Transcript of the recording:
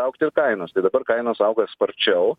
augti ir kainos tai dabar kainos auga sparčiau